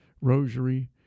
rosary